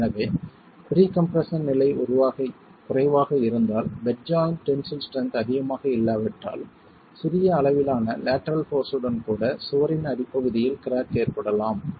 எனவே pre compression நிலை குறைவாக இருந்தால் பெட் ஜாய்ண்ட் டென்சில் ஸ்ட்ரென்த் அதிகமாக இல்லாவிட்டால் சிறிய அளவிலான லேட்டரல் போர்ஸ் உடன் கூட சுவரின் அடிப்பகுதியில் கிராக் ஏற்படலாம்